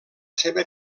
seva